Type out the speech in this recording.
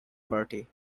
party